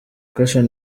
carson